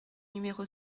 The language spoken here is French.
numéro